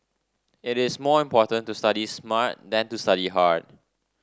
it is more important to study smart than to study hard